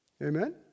Amen